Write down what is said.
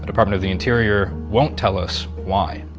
ah department of the interior won't tell us why.